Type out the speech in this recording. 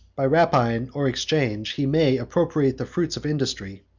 by rapine or exchange, he may appropriate the fruits of industry,